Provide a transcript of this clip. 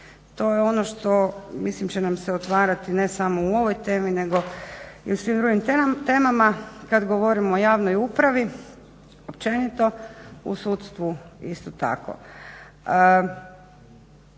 To je ono što mislim će nam se otvarati ne samo u ovoj temi nego i u svim drugim temama kad govorimo o javnoj upravi općenito i u sudstvu isto tako.